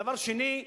דבר שני,